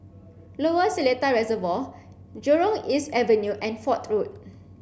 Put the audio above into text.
Lower Seletar Reservoir Jurong East Avenue and Fort Road